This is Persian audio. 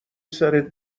سرت